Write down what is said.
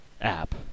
app